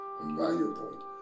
valuable